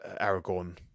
Aragorn